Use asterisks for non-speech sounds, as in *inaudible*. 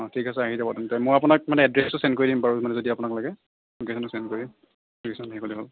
অ' ঠিক আছে আহি যাব তেন্তে মই আপোনাক মানে এড্ৰেছটো চেণ্ড কৰিম বাৰু মানে যদি আপোনাক লাগে ল'কেশ্যনটো চেণ্ড কৰিম *unintelligible*